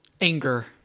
Anger